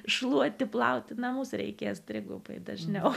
šluoti plauti namus reikės trigubai dažniau